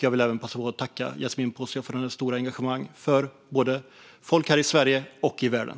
Jag vill även passa på att tacka Yasmine Posio för hennes stora engagemang för folk här i Sverige och i världen.